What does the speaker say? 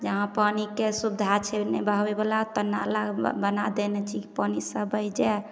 जहाँ पानिके सुविधा छै नहि बहबैवला तऽ नाला बना देने छी कि पानि सभ बहि जाइ